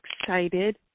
excited